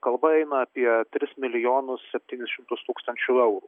kalba eina apie tris milijonus septynis šimtus tūkstančius eurų